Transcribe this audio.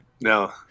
No